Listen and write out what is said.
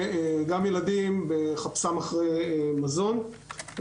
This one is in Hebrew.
וגם ילדים בחפשם אחרי מזון.